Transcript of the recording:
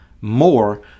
more